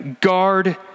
guard